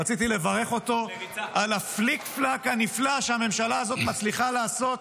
רציתי לברך אותו על הפליק-פלאק הנפלא שהממשלה הזו מצליחה לעשות.